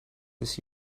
this